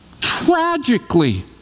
tragically